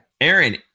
Aaron